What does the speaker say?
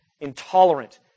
intolerant